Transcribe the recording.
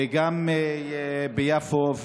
וגם ביפו.